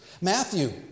Matthew